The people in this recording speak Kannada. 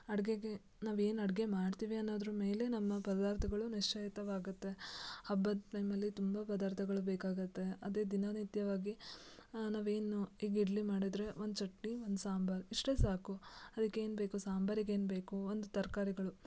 ಅಡುಗೆಗೆ ನಾವು ಏನು ಅಡುಗೆ ಮಾಡ್ತೇವೆ ಅನ್ನೋದ್ರ್ಮೇಲೆ ನಮ್ಮ ಪದಾರ್ಥಗಳು ನಿಶ್ಚಯಿತವಾಗುತ್ತೆ ಹಬ್ಬದ ಟೈಮಲ್ಲಿ ತುಂಬ ಪದಾರ್ಥಗಳು ಬೇಕಾಗುತ್ತೆ ಅದೇ ದಿನನಿತ್ಯವಾಗಿ ನಾವೇನು ಈಗ ಇಡ್ಲಿ ಮಾಡಿದರೆ ಒಂದು ಚಟ್ನಿ ಒಂದು ಸಾಂಬಾರು ಇಷ್ಟೇ ಸಾಕು ಅದಕ್ಕೇನು ಬೇಕು ಸಾಂಬಾರಿಗೇನು ಬೇಕು ಒಂದು ತರಕಾರಿಗಳು